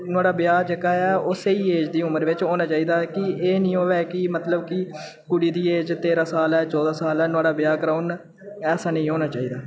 नुहाड़ा ब्याह् जेह्का ऐ ओह् स्हेई एज दी उमर बिच होना चाहिदा की एह् निं होऐ की मतलब की कुड़ी दी एज तेरां साल ऐ चौदां साल ऐ नुहाड़ा ब्याह् कराउन ऐसा नेईं होना चाहिदा